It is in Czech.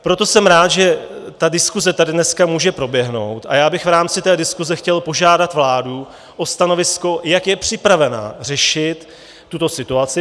Proto jsem rád, že ta diskuse tady dneska může proběhnout, a já bych v rámci té diskuse chtěl požádat vládu o stanovisko, jak je připravena řešit tuto situaci.